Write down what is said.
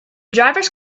drivers